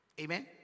Amen